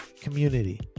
community